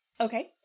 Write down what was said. Okay